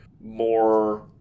more